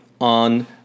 on